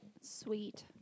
Sweet